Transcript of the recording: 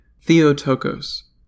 Theotokos